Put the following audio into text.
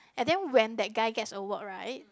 and then when that guy gets a work right